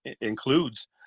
includes